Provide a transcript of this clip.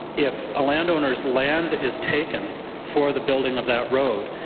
if a landowner's land is taken for the building of that road,